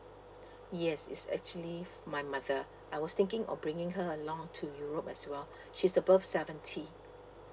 yes it's actually my mother I was thinking of bringing her along to europe as well she's above seventy